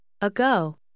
Ago